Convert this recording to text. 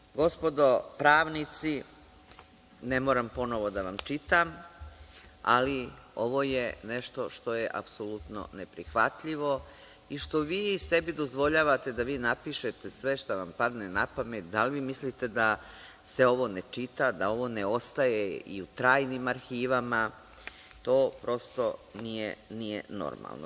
Dakle, gospodo pravnici, ne moram ponovo da vam čitam, ali ovo je nešto što je apsolutno neprihvatljivo i što vi sebi dozvoljavate da vi napišete sve što vam padne na pamet, i da li onda mislite da se ovo ne čita, da ovo ne ostaje i u trajnim arhivama, to prosto nije normalno.